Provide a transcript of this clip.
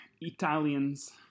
Italians